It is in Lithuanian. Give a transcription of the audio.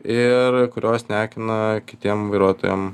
ir kurios neakina kitiem vairuotojam